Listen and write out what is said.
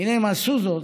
הינה, הם עשו זאת'